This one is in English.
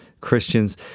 christians